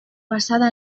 basada